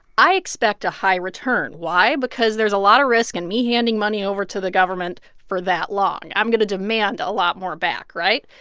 i expect a high return. why? because there's a lot of risk in and me handing money over to the government for that long. i'm going to demand a lot more back, right?